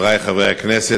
חברי חברי הכנסת,